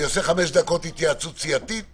אני יוצא לחמש דקות התייעצות סיעתית